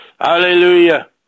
Hallelujah